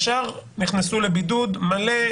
ישר נכנסו לבידוד מלא,